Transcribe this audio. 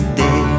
day